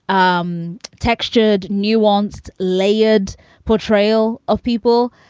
um textured, nuanced, layered portrayal of people.